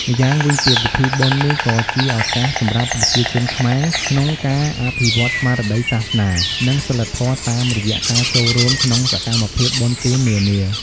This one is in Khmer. ម្យ៉ាងវិញទៀត ពិធីបុណ្យនេះក៏ជាឱកាសសម្រាប់ប្រជាជនខ្មែរក្នុងការអភិវឌ្ឍន៍ស្មារតីសាសនា និងសីលធម៌តាមរយៈការចូលរួមក្នុងសកម្មភាពបុណ្យទាននានា។